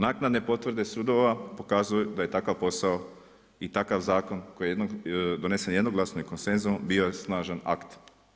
Naknadne potvrde sudova pokazuju da je takav posao i takav zakon koji je donesen jednoglasno i konsenzusom bio je snažan akt.